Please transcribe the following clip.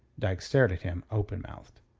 dyke stared at him, open-mouthed.